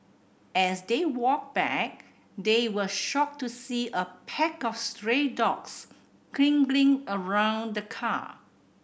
as they walked back they were shocked to see a pack of stray dogs circling around the car